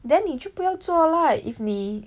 then 你就不要做 lah if 你